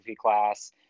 class